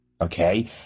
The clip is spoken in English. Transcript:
okay